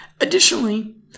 Additionally